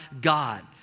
God